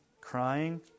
crying